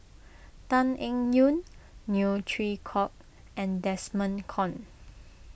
Tan Eng Yoon Neo Chwee Kok and Desmond Kon